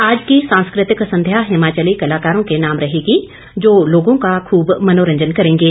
आज की सांस्कृतिक संध्या हिमाचली कलाकारों के नाम रहेगी जो लोगों का खूब मनोरंजन करेंगे